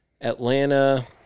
Atlanta